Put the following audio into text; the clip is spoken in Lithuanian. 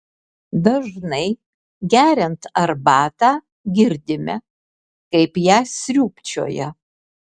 dažnai geriant arbatą girdime kaip ją sriubčioja